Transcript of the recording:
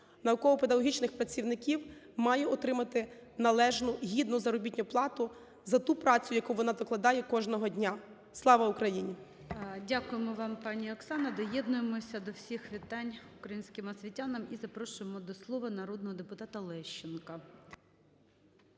науково-педагогічних працівників має отримати належну гідну заробітну плату за ту працю, яку вона докладає кожного дня. Слава Україні! ГОЛОВУЮЧИЙ. Дякуємо вам, пані Оксано. Доєднуємось до всіх вітань українським освітянам. І запрошуємо до слова народного депутата Лещенка.